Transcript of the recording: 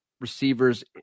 receivers